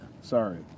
Sorry